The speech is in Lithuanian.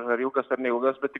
ar ilgas ar neilgas bet tik